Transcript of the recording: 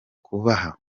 kubaha